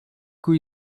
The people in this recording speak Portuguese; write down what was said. que